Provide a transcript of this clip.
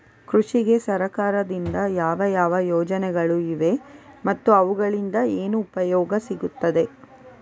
ಕೃಷಿಗೆ ಸರಕಾರದಿಂದ ಯಾವ ಯಾವ ಯೋಜನೆಗಳು ಇವೆ ಮತ್ತು ಅವುಗಳಿಂದ ಏನು ಉಪಯೋಗ ಸಿಗುತ್ತದೆ?